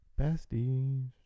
Besties